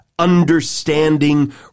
understanding